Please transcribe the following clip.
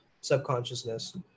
subconsciousness